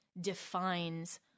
defines